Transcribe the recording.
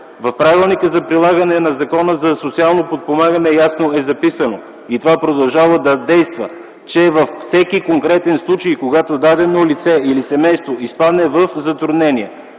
В Правилника за прилагане на Закона за социално подпомагане ясно е записано, и това продължава да действа, че във всеки конкретен случай, когато дадено лице или семейство изпадне в затруднение